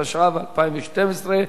התשע"ב 2012,